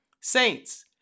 Saints